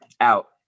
out